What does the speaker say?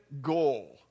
goal